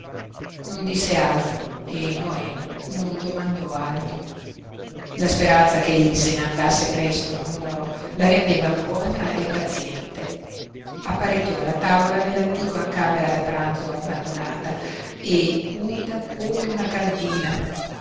non disse altro e noemi non domandò altro la speranza ch'egli se ne andasse presto a nuoro la rendeva buona e paziente apparecchiò la tavola nell'attigua camera da pranzo abbandonata e umida come una cantina